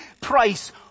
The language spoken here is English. price